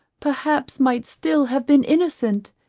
perhaps might still have been innocent,